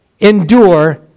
endure